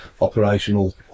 operational